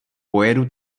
pojedu